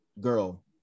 girl